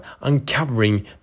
uncovering